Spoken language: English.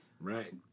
Right